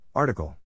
Article